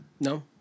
No